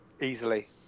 easily